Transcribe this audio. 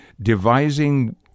devising